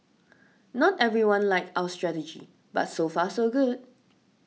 not everyone like our strategy but so far so good